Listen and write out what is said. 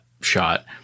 shot